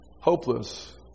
Hopeless